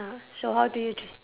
ya so how do you d~